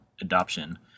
adoption